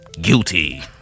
guilty